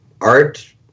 art